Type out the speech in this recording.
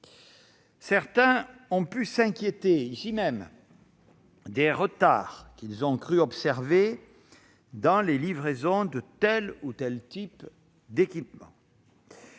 Certains ont pu s'inquiéter ici même des retards qu'ils croyaient observer dans les livraisons de tel ou tel type d'équipement.